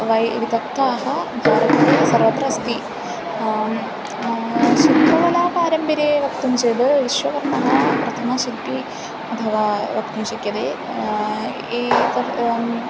वै विधत्ताः भारते सर्वत्र अस्ति शिल्पकला पारम्पर्यं वक्तुं चेत् विश्वकर्मा प्रथमशिल्पी अथवा वक्तुं शक्यते एतत् ओं